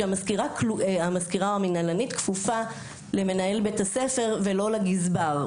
כשהזכירה כפופה למנהל בית הספר ולא לגזבר.